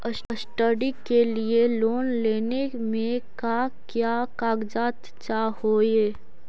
Study के लिये loan लेने मे का क्या कागजात चहोये?